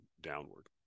downward